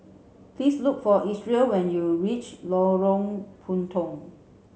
please look for Isreal when you reach Lorong Puntong